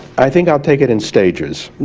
i think i'll take it in stages